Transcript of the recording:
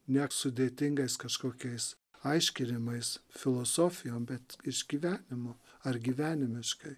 ne sudėtingais kažkokiais aiškinimais filosofijom bet išgyvenimu ar gyvenimiškai